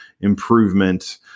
improvement